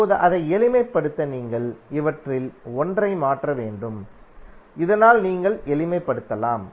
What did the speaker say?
இப்போது அதை எளிமைப்படுத்த நீங்கள் இவற்றில் 1 ஐ மாற்ற வேண்டும் இதனால் நீங்கள் எளிமைப்படுத்தலாம்